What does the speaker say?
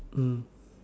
mm